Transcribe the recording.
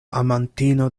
amantino